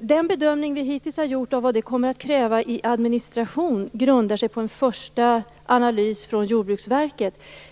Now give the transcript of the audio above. Den bedömning vi hittills har gjort av vad det kommer att kräva i administration grundar sig på en första analys från Jordbruksverket.